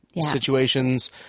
situations